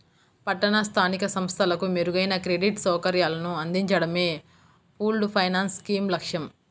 పట్టణ స్థానిక సంస్థలకు మెరుగైన క్రెడిట్ సౌకర్యాలను అందించడమే పూల్డ్ ఫైనాన్స్ స్కీమ్ లక్ష్యం